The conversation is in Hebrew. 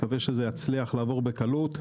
אני מקווה שזה יצליח לעבור בקלות.